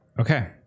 Okay